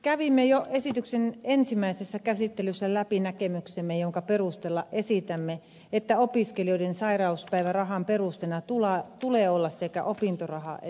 kävimme jo esityksen ensimmäisessä käsittelyssä läpi näkemyksemme jonka perusteella esitämme että opiskelijoiden sairauspäivärahan perusteena tulee olla sekä opintoraha että työtulot